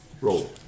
Roll